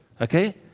okay